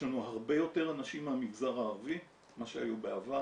יש לנו הרבה יותר אנשים מהמגזר הערבי ממה שהיו בעבר.